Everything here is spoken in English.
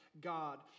God